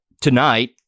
tonight